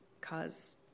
cause